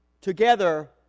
together